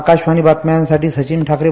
आकाशवाणी बातम्यांसाठी सचिन ठाकरे